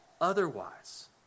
otherwise